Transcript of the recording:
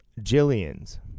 jillian's